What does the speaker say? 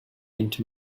into